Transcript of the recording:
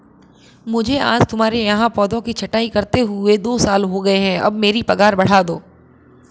मुझे आज तुम्हारे यहाँ पौधों की छंटाई करते हुए दो साल हो गए है अब मेरी पगार बढ़ा दो